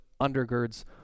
undergirds